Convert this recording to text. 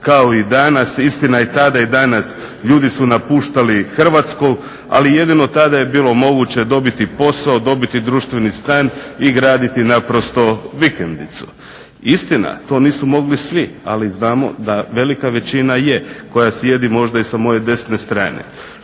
kao i danas. Istina i tada i danas ljudi su napuštali Hrvatsku ali jedino je tada bilo moguće dobiti posao, dobiti društveni stan i graditi vikendicu. Istina, to nisu mogli svi ali znamo da velika većina je koja sjedi možda i sa moje desne strane.